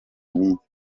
minsi